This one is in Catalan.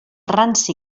ranci